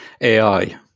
AI